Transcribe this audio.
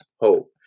hope